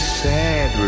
sad